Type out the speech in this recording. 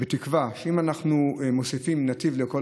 בתקווה שאם אנחנו מוסיפים נתיב לכל